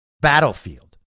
battlefield